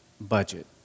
budget